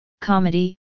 comedy